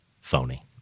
phony